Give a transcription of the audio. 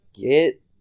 get